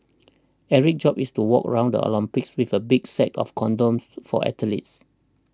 Eric's job is to walk around the Olympics with a big sack of condoms for athletes